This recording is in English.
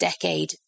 decade